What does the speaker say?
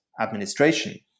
administration